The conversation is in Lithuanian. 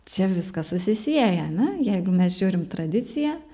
čia viskas susisieja ane jeigu mes žiūrim tradiciją